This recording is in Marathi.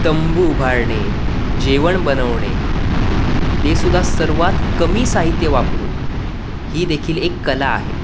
तंबू उभारणे जेवण बनवणे ते सुद्धा सर्वात कमी साहित्य वापरून ही देखील एक कला आहे